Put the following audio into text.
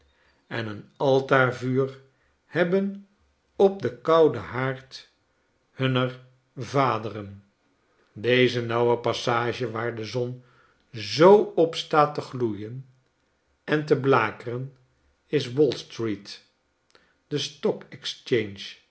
en een altaarvuur hebben op den kouden haard hunner vaderen deze nauwe passage waar de zon zoo op staat te gloeien en te blakeren is wall street de